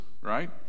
right